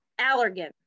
Allergan